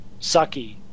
sucky